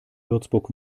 würzburg